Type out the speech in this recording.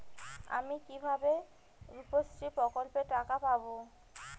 আমি কিভাবে রুপশ্রী প্রকল্পের টাকা পাবো?